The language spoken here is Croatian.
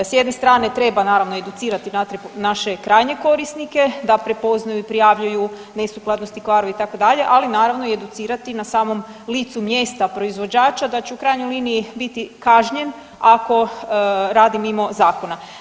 S jedne strane treba naravno educirati naše krajnje korisnike da prepoznaju prijavljuju nesukladnosti kvarove i tako dalje ali naravno educirati na samom licu mjesta proizvođača da će u krajnjoj liniji biti kažnjen ako radi mimo zakona.